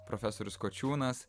profesorius kočiūnas